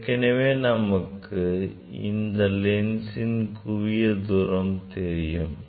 ஏற்கனவே நமக்கு இந்த லென்சின் குவிய தூரம் தெரியும்